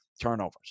turnovers